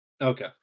okay